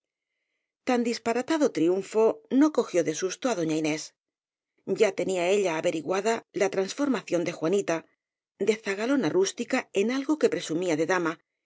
tan disparatado triunfo no cogió de susto á do ña inés ya tenía ella averiguada la transformación de juanita de zagalona rústica en algo que presu mía de dama